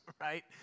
right